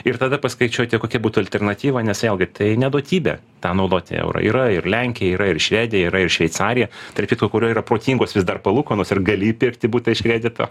ir tada paskaičiuoti kokia būtų alternatyva nes vėlgi tai ne duotybė tą naudoti eurą yra ir lenkija yra ir švedija yra ir šveicarija tarp kitko kurio yra protingos vis dar palūkanos ir gali įpirkti butą iš kredito